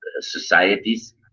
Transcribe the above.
societies